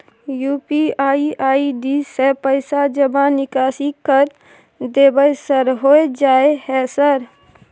UPI ID से पैसा जमा निकासी कर देबै सर होय जाय है सर?